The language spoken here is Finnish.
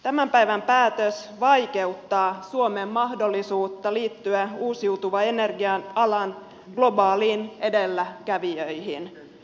tämän päivän päätös vaikeuttaa suomen mahdollisuutta liittyä uusiutuvan energian alan globaaleihin edelläkävijöihin